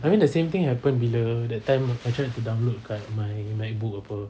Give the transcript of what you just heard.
I mean the same thing happened bila that time I tried to download kat my macbook apa